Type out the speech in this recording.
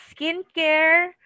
skincare